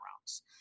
rounds